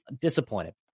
disappointed